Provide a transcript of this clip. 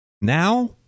Now